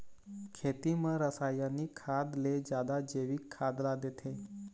खेती म रसायनिक खाद ले जादा जैविक खाद ला देथे